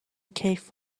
کیف